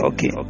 Okay